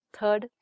Third